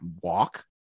walk